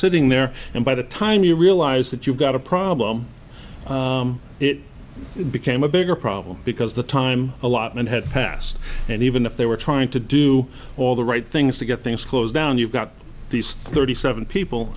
sitting there and by the time you realize that you've got a problem it became a bigger problem because the time allotment had passed and even if they were trying to do all the right things to get things closed down you've got these thirty seven people